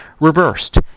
Reversed